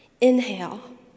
Inhale